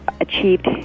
achieved